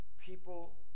People